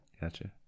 gotcha